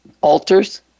altars